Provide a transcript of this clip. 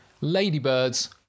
Ladybirds